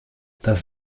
das